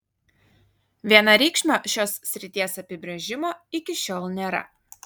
vienareikšmio šios srities apibrėžimo iki šiol nėra